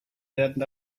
werden